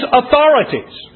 authorities